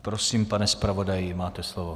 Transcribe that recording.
Prosím, pane zpravodaji, máte slovo.